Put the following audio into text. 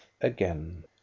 again